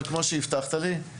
אבל כמו שהבטחת לי,